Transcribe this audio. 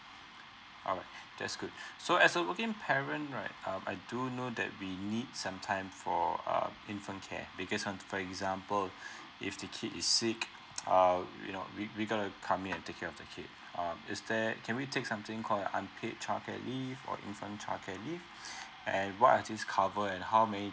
alright that's good so as a working parent right uh I do know that we need some time for uh infant care because um for example if the kid is sick err you know we we going to coming and take care of the kid um is there can we take something call an unpaid childcare leave or infant childcare leave and what are these cover and how many